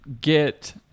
get